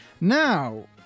Now